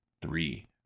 three